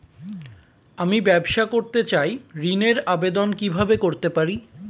আমি ব্যবসা করতে চাই ঋণের আবেদন কিভাবে করতে পারি?